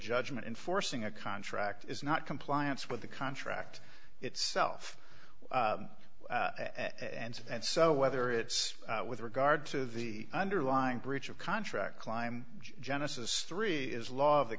judgment in forcing a contract is not compliance with the contract itself and and so whether it's with regard to the underlying breach of contract clime genesis three is law